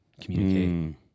communicate